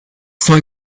sont